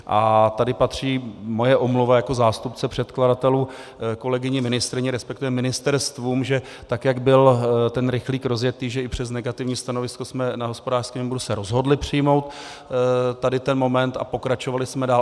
A tady patří moje omluva jako zástupce předkladatelů kolegyni ministryni, resp. ministerstvům, že tak jak byl ten rychlík rozjetý, že i přes negativní stanovisko jsme na hospodářském výboru se rozhodli přijmout tento moment a pokračovali jsme dál.